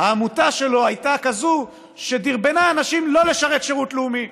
העמותה שלו הייתה כזו שדרבנה אנשים לא לשרת שירות לאומי.